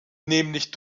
nämlich